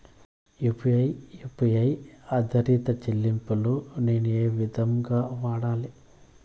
UPI U P I ఆధారిత చెల్లింపులు నేను ఏ విధంగా వాడాలి?